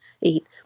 eat